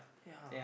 ya